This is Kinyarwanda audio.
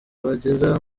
bagera